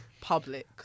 public